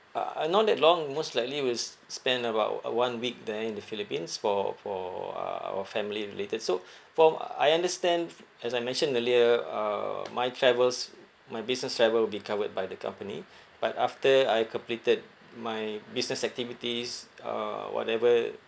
uh uh not that long most likely we'll s~ spend about uh one week there in the philippines for for uh our family later so for I understand f~ as I mentioned earlier uh my travels my business travel will be covered by the company but after I completed my business activities uh whatever